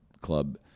club